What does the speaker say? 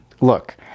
Look